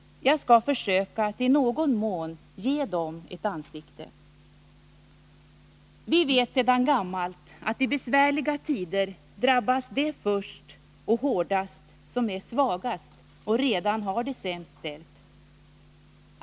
Jag skall försöka att i någon mån ge dem ett ansikte. Vi vet sedan gammalt att i besvärliga tider drabbas de först och hårdast som är svagast och redan har det sämst ställt.